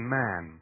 man